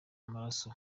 amaraso